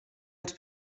els